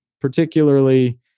particularly